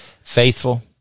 Faithful